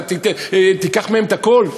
אתה תיקח מהם את הכול?